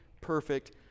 perfect